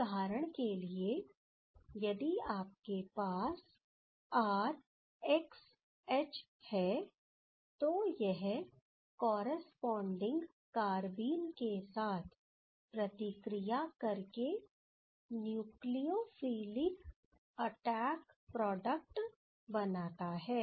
उदाहरण के लिए यदि आपके पास R XH है तो यह कॉरस्पॉडिंग कारबीन के साथ प्रतिक्रिया करके न्यूक्लियोफिलिक अटैक प्रोडक्ट बनाता है